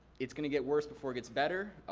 it's gonna get worse before it gets better,